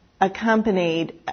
accompanied